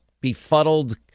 befuddled